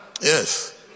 Yes